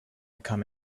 come